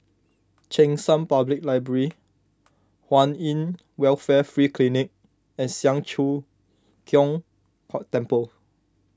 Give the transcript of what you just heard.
Cheng San Public Library Kwan in Welfare Free Clinic and Siang Cho Keong Temple